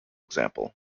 example